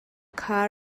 kha